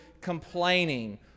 complaining